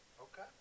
Okay